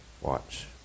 Watch